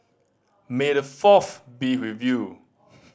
may the Fourth be with you